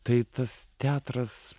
tai tas teatras